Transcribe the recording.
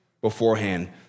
beforehand